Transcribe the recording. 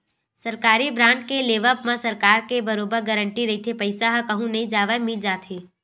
सरकारी बांड के लेवब म सरकार के बरोबर गांरटी रहिथे पईसा ह कहूँ नई जवय मिल जाथे